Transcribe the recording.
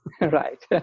Right